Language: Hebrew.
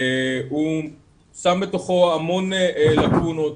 הוא שם בתוכו המון לקונות.